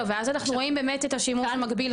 לא, ואז אנחנו רואים באמת את השימוש המקביל.